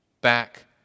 back